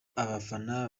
abafana